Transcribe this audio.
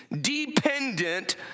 dependent